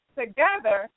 together